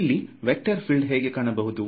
ಇಲ್ಲಿ vector field ಹೇಗೆ ಕಾಣಬಹುದು